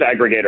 aggregator